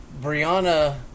Brianna